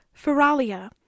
Feralia